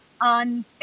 on